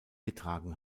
getragen